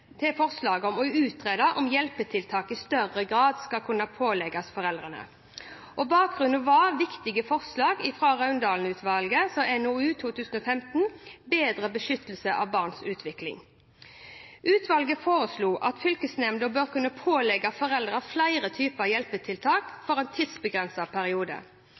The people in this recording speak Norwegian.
forslaget om å utrede om hjelpetiltak i større grad skal kunne pålegges foreldrene. Bakgrunnen var viktige forslag fra Raundalen-utvalget i NOU 2012: 5, Bedre beskyttelse av barns utvikling. Utvalget foreslo at fylkesnemnda bør kunne pålegge foreldrene flere typer hjelpetiltak for en tidsbegrenset periode.